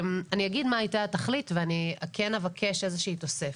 אני אגיד מה הייתה התכלית ואני כן אבקש איזה שהיא תוספת.